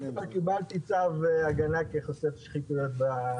אני כבר קיבלתי צו הגנה כחושף שחיתויות.